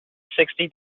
sixty